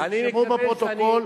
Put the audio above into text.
הם רשומים בפרוטוקול,